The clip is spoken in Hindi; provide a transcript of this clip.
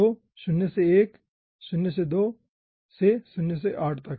तो 0 1 0 2 से 0 8 तक